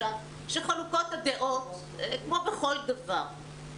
שחלוקות הדעות כמו בכל דבר.